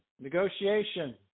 negotiation